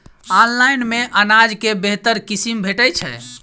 Online मे अनाज केँ बेहतर किसिम भेटय छै?